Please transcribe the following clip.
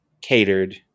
catered